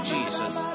Jesus